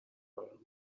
رقم